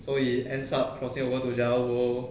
so he ends up crossing over to the other world